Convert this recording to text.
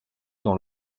dans